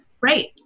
Right